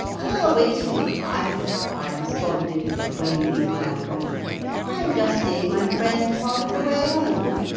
oh, it's all right, i responded, with a wave of my umbrella i'm just seeing my friend part of the way home.